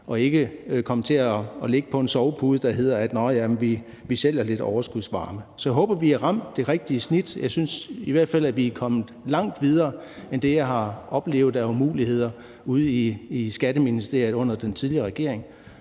og ikke komme til at ligge på en sovepude, der går ud på, at vi sælger lidt overskudsvarme. Så jeg håber, at vi har ramt det rigtige snit. Jeg synes i hvert fald, at vi er kommet langt videre end det, jeg har oplevet af umuligheder i Skatteministeriet under den tidligere regering.